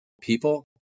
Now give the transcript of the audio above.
People